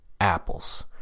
apples